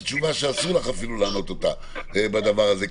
זו תשובה שאסור לך אפילו לענות אותה בדבר הזה,